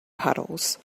puddles